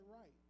right